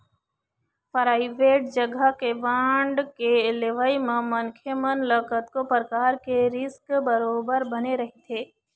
private जघा के bond के लेवई म मनखे मन ल कतको परकार के रिस्क बरोबर बने रहिथे